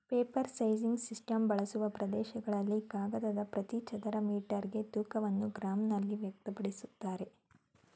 paper sizing system ಬಳಸುವ ಪ್ರದೇಶಗಳಲ್ಲಿ ಕಾಗದದ ಪ್ರತಿ ಚದರ ಮೀಟರ್ಗೆ ತೂಕವನ್ನು ಗ್ರಾಂನಲ್ಲಿ ವ್ಯಕ್ತಪಡಿಸ್ತಾರೆ